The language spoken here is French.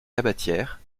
tabatière